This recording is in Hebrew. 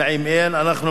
אנחנו ממשיכים.